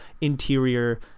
interior